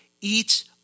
eats